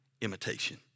imitation